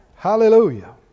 Hallelujah